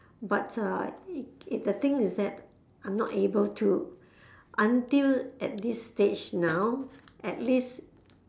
but uh it the thing is that I'm not able to until at this stage now at least